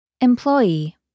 Employee